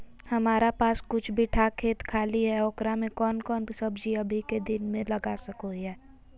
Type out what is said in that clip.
हमारा पास कुछ बिठा खेत खाली है ओकरा में कौन कौन सब्जी अभी के दिन में लगा सको हियय?